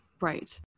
right